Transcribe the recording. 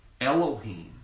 Elohim